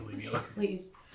please